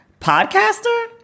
podcaster